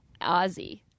Ozzy